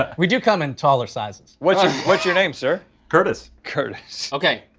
but we do come in taller sizes. what's your what's your name, sir? curtis. curtis. okay,